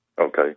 Okay